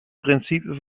principe